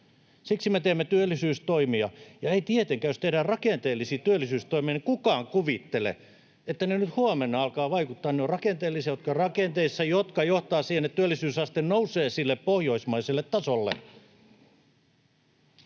Siksi me teemme työllisyystoimia. Ja ei tietenkään, jos tehdään rakenteellisia työllisyystoimia, kukaan kuvittele, että ne nyt huomenna alkavat vaikuttaa. Ne ovat rakenteellisia, ne vaikuttavat rakenteisiin ja johtavat siihen, että työllisyysaste nousee sille pohjoismaiselle tasolle.